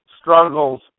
struggles